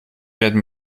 werden